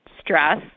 stress